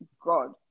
god